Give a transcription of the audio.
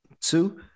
Two